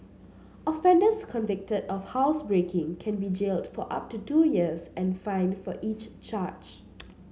offenders convicted of housebreaking can be jailed for up to two years and fined for each charge